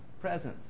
presence